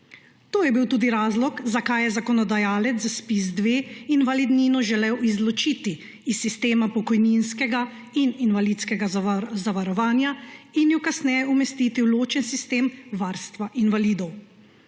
To je bil tudi razlog, zakaj je zakonodajalec za ZPIZ-2 invalidnino želel izločiti iz sistema pokojninskega in invalidskega zavarovanja in jo kasneje umestiti v ločen sistem varstva invalidov.